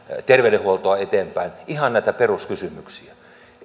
terveydenhuoltoa eteenpäin ihan näitä peruskysymyksiä